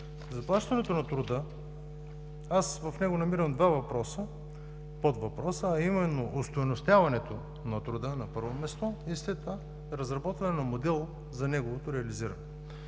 заплащането на труда – в него намирам два подвъпроса, а именно остойностяването на труда, на първо място, и разработване на модел за неговото реализиране.